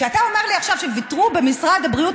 וכשאתה אומר לי עכשיו שוויתרו במשרד הבריאות,